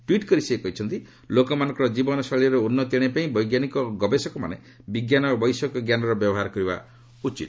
tweet କରି ସେ କହିଛନ୍ତି ଲୋକମାନଙ୍କର ଜୀବନଶୈଳୀରେ ଉନ୍ନତି ଆଶିବାପାଇଁ ବୈଜ୍ଞାନିକ ଓ ଗବେଷକମାନେ ବିଜ୍ଞାନ ଓ ବୈଷୟିକ ଜ୍ଞାନର ବ୍ୟବହାର କରିବା ଉଚିତ